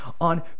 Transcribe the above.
on